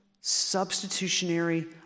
substitutionary